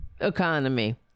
economy